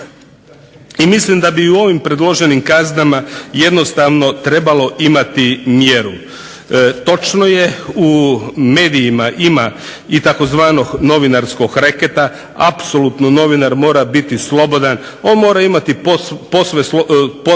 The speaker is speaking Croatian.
I mislim da bi u ovim predloženim kaznama jednostavno trebalo imati mjeru. Točno je u medijima ima i tzv. novinarskog reketa, apsolutno novinar mora biti slobodan, on mora imati potpunu